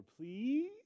please